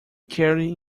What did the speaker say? carried